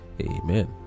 amen